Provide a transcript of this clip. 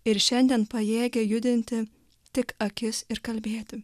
ir šiandien pajėgia judinti tik akis ir kalbėti